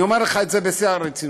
אני אומר לך את זה בשיא הרצינות,